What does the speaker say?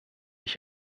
ich